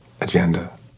agenda